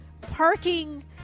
parking